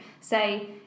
say